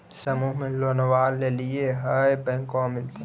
समुह मे लोनवा लेलिऐ है बैंकवा मिलतै?